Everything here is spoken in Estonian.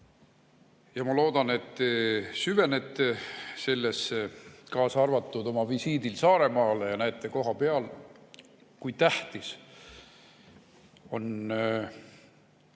Ma loodan, et te süvenete sellesse, kaasa arvatud oma visiidil Saaremaale, ja näete kohapeal, kui tähtis on